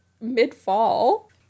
mid-fall